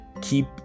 keep